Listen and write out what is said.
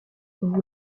vous